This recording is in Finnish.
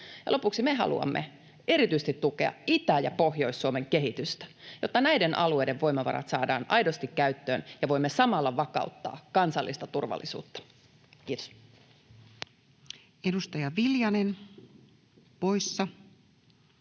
lopuksi: me haluamme erityisesti tukea Itä- ja Pohjois-Suomen kehitystä, jotta näiden alueiden voimavarat saadaan aidosti käyttöön ja voimme samalla vakauttaa kansallista turvallisuutta. — Kiitos. [Speech 324] Speaker: